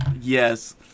Yes